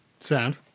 Sound